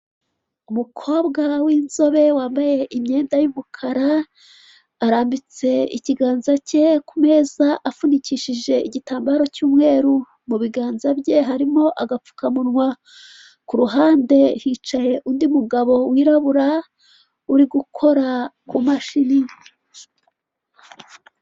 Umukobwa w'inzobe, wambaye imyenda y'umukara, arambitse ikiganza cye ku meza apfunikishije igitambaro cy'umweru. Mu biganza bye harimo agapfukamunwa. Ku ruhande hicaye undi mugabo wirabura, uri gukora ku mashini.